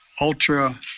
ultra